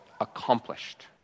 accomplished